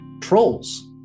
trolls